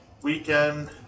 weekend